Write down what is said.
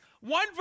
One